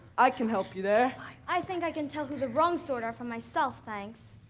i can help you there. i think i can tell who the wrong sort are for myself, thanks.